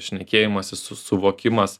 šnekėjimasis su suvokimas